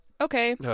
Okay